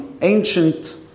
ancient